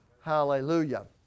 Hallelujah